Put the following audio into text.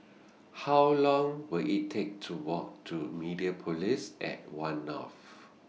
How Long Will IT Take to Walk to Mediapolis At one North